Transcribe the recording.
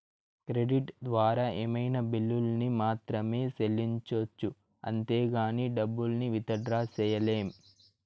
credit ద్వారా ఏమైనా బిల్లుల్ని మాత్రమే సెల్లించొచ్చు అంతేగానీ డబ్బుల్ని విత్ డ్రా సెయ్యలేం